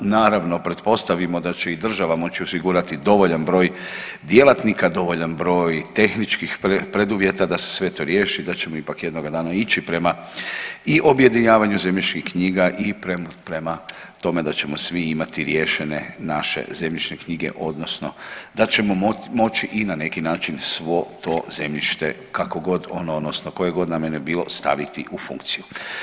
Naravno pretpostavimo da će i država moći osigurati dovoljan broj djelatnika, dovoljan broj tehničkih preduvjeta da se sve to riješi, da ćemo ipak jednoga dana ići prema i objedinjavanju zemljišnih knjiga i prema tome da ćemo svi imati riješene naše zemljišne knjige, odnosno da ćemo moći i na neki način svo to zemljište kako god ono, odnosno koje god nam bilo staviti u funkciju.